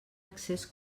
excés